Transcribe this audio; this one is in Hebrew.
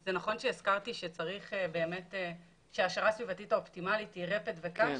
זה נכון שהזכרתי שההעשרה הסביבתית האופטימלית היא רפד וקש,